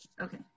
Okay